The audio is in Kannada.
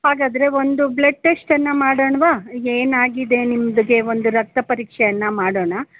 ಹಾಗಾದರೆ ಒಂದು ಬ್ಲಡ್ ಟೆಸ್ಟನ್ನು ಮಾಡೋಣ್ವಾ ಏನಾಗಿದೆ ನಿಮ್ದುಗೆ ಒಂದು ರಕ್ತ ಪರೀಕ್ಷೆಯನ್ನು ಮಾಡೋಣ